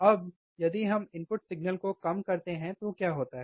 अब यदि हम इनपुट सिग्नल को कम करते हैं तो क्या होता है